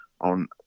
on